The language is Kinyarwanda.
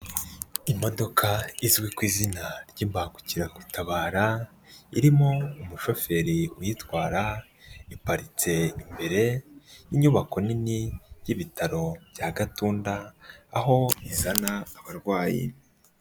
Imodoka izwi ku izina ry'Imbangukiragutabara, irimo umushoferi uyitwara, iparitse imbere y'inyubako nini y'ibitaro bya Gatunda, aho izana abarwayi.